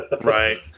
Right